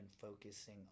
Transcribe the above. focusing